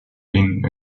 king